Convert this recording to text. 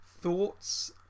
thoughts